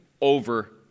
over